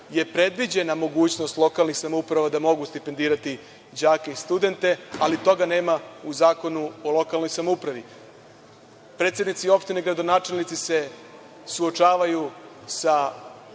je predviđena mogućnost lokalnih samouprava da mogu stipendirati đake i studente, ali toga nema u Zakonu o lokalnoj samoupravi. Predsednici opštine i gradonačelnici se suočavaju sa